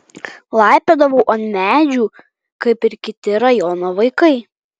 laipiodavau ant medžių kaip ir kiti rajono vaikai